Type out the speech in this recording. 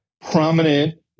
prominent